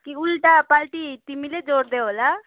कि उल्टापाल्टी तिमीले जोडिदियौ होला